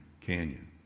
canyon